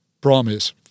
promise